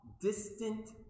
distant